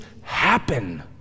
happen